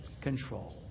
control